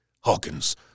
Hawkins